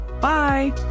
Bye